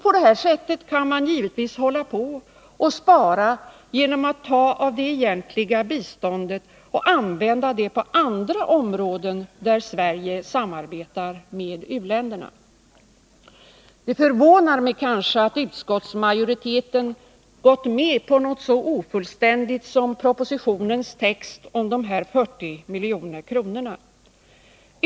På detta sätt kan man givetvis hålla på och spara genom att ta av det egentliga biståndet och använda det på andra områden där Sverige samarbetar med u-länderna. Det förvånar mig kanske att utskottsmajoriteten gått med på något så ofullständigt som propositionens text om dessa 40 milj.kr.